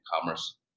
commerce